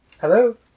Hello